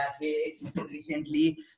recently